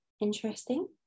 Interesting